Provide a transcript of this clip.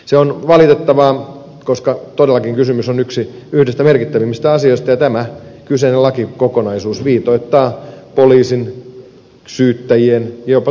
se on valitettavaa koska todellakin kysymys on yhdestä merkittävimmistä asioista ja tämä kyseinen lakikokonaisuus viitoittaa poliisin syyttäjien jopa tuomioistuinten käytännön työtä tulevaisuudessa